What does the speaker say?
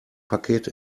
paket